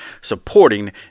supporting